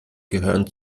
gehören